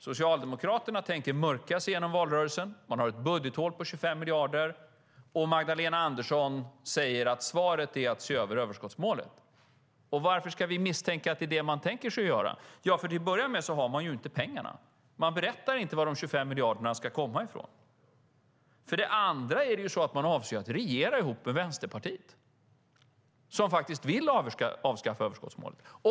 Socialdemokraterna tänker mörka sig igenom valrörelsen. De har ett budgethål på 25 miljarder. Magdalena Andersson säger att svaret är att se över överskottsmålet. Varför ska vi misstänka att det är det man tänker göra? Jo, för det första har man inte pengarna. Man berättar inte varifrån de 25 miljarderna ska komma. För det andra avser man att regera ihop med Vänsterpartiet, som faktiskt vill avskaffa överskottsmålet.